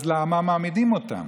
אז למה מעמידים אותם?